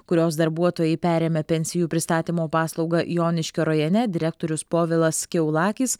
kurios darbuotojai perėmė pensijų pristatymo paslaugą joniškio rajone direktorius povilas kiaulakis